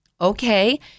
Okay